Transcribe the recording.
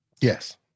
Yes